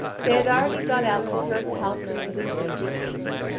they had already got out for her a palfrey with an easy pace.